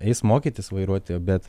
eis mokytis vairuoti bet